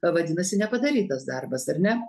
vadinasi nepadarytas darbas ar ne